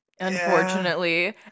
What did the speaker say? Unfortunately